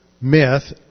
myth